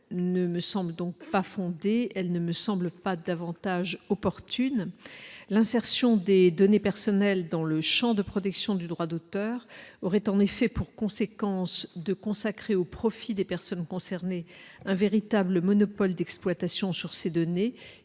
l'insertion des données personnelles dans le Champ de protection du droit d'auteur aurait en effet pour conséquence de consacrer au profit des personnes concernées, un véritable monopole d'exploitation sur ces données